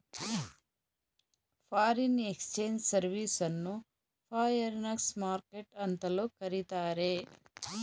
foreign exchange service ಅನ್ನು forex market ಅಂತಲೂ ಕರಿತಾರೆ